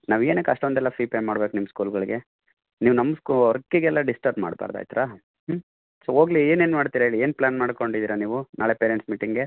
ನಾವು ಏನಕ್ಕೆ ಅಷ್ಟೊಂದೆಲ್ಲ ಫೀ ಪೇ ಮಾಡಬೇಕು ನಿಮ್ಮ ಸ್ಕೂಲ್ಗಳಿಗೆ ನೀವು ನಮ್ಮ ಸ್ಕೂ ವರ್ಕಿಗೆಲ್ಲಾ ಡಿಸ್ಟರ್ಬ್ ಮಾಡ್ಬಾರ್ದು ಆಯ್ತ್ರಾ ಸೋ ಹೋಗ್ಲಿ ಏನೇನು ಮಾಡ್ತೀರಿ ಹೇಳಿ ಏನು ಪ್ಲ್ಯಾನ್ ಮಾಡ್ಕೊಂಡಿದ್ದೀರಿ ನೀವು ನಾಳೆ ಪೇರೆಂಟ್ಸ್ ಮೀಟಿಂಗ್ಗೆ